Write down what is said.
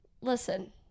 listen